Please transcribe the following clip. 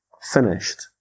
finished